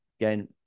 Again